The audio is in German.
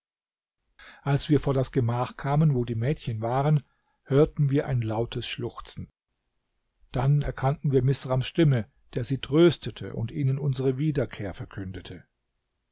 als wir vor das gemach kamen wo die mädchen waren hörten wir ein lautes schluchzen dann erkannten wir misrams stimme der sie tröstete und ihnen unsere wiederkehr verkündete